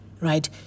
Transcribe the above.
right